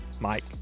Mike